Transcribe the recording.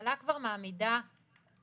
הממשלה כבר מעמידה מתורגמן.